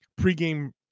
pregame